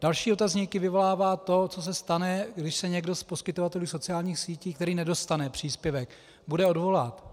Další otazníky vyvolává to, co se stane, když se někdo z poskytovatelů sociálních sítí, který nedostane příspěvek, bude odvolávat.